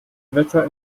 wetter